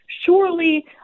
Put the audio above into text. surely